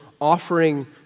offering